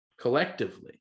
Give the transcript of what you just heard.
collectively